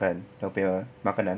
kan dorang punya makanan